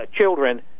children